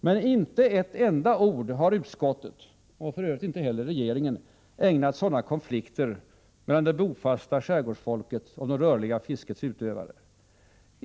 Men inte ett enda ord har utskottet — och för övrigt inte heller regeringen — ägnat sådana konflikter mellan det bofasta skärgårdsfolket och det rörliga fiskets utövare.